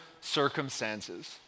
circumstances